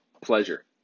pleasure